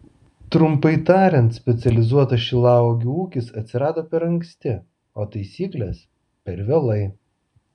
trumpai tariant specializuotas šilauogių ūkis atsirado per anksti o taisyklės per vėlai